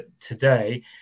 today